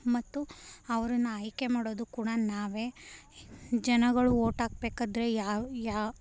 ಮತ್ತು ಅವರನ್ನ ಆಯ್ಕೆ ಮಾಡೋದು ಕೂಡ ನಾವೇ ಜನಗಳು ವೋಟಾಕ್ಬೇಕಾದರೆ ಯಾವ ಯಾವ